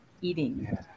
eating